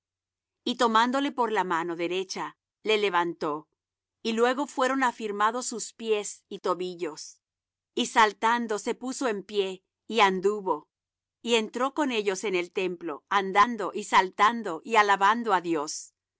y tomándole por la mano derecha le levantó y luego fueron afirmados sus pies y tobillos y saltando se puso en pie y anduvo y entró con ellos en el templo andando y saltando y alabando á dios